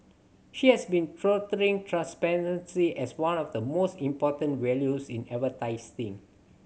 she has been touting transparency as one of the most important values in advertising